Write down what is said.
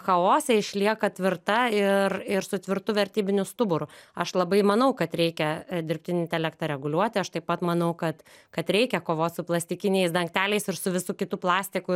chaose išlieka tvirta ir ir su tvirtu vertybiniu stuburu aš labai manau kad reikia dirbtinį intelektą reguliuot aš taip pat manau kad kad reikia kovot su plastikiniais dangteliais ir su visu kitu plastiku ir